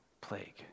plague